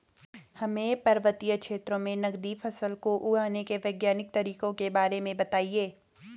हमें पर्वतीय क्षेत्रों में नगदी फसलों को उगाने के वैज्ञानिक तरीकों के बारे में बताइये?